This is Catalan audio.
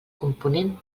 component